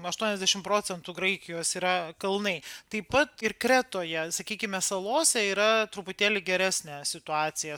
aštuoniasdešim procentų graikijos yra kalnai taip pat ir kretoje sakykime salose yra truputėlį geresnė situacija